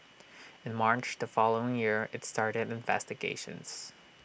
in March the following year IT started investigations